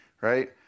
right